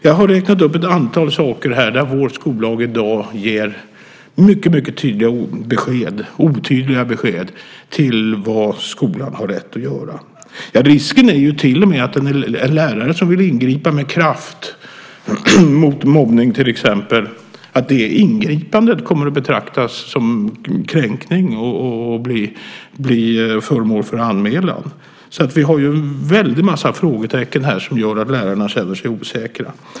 Jag har här räknat upp ett antal saker där vår skollag i dag ger mycket, mycket otydliga besked om vad skolan har rätt att göra. Risken är till och med att om en lärare vill ingripa med kraft mot mobbning till exempel kommer ingripandet att betraktas som kränkning och bli föremål för anmälan. Så vi har en väldig massa frågetecken här som gör att lärarna känner sig osäkra.